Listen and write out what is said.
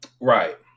Right